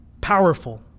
powerful